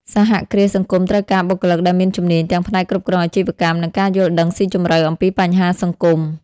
សហគ្រាសសង្គមត្រូវការបុគ្គលិកដែលមានជំនាញទាំងផ្នែកគ្រប់គ្រងអាជីវកម្ម និងការយល់ដឹងស៊ីជម្រៅអំពីបញ្ហាសង្គម ។